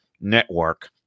network